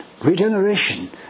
regeneration